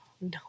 no